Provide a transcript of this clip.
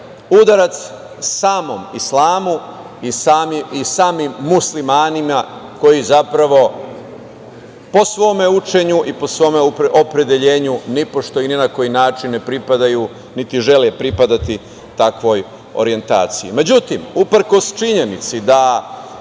udarac samom islamu i samim Muslimanima koji po svom učenju i po svome opredelenju nipošto i ni na koji način ne pripadaju niti žele pripadati takvoj orjentaciji.Međutim, uprkos činjenici da